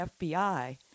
FBI